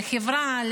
לחברה,